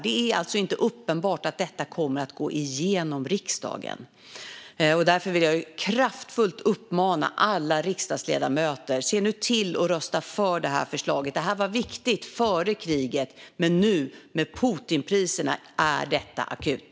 Det är nämligen inte uppenbart att detta kommer att gå igenom i riksdagen, och därför vill jag kraftfullt uppmana alla riksdagsledamöter: Se nu till att rösta för det här förslaget! Detta var viktigt före kriget, men nu, med Putinpriserna, är det akut.